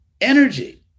energy